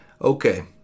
okay